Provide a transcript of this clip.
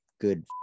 good